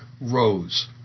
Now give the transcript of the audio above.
rose